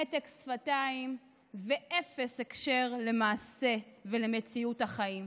מתק שפתיים ואפס הקשר למעשה ולמציאות החיים.